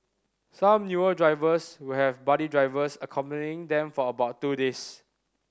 some newer drivers will have buddy drivers accompanying them for about two days